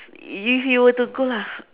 if you were to go lah